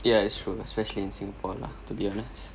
yeah it's true especially in Singapore lah to be honest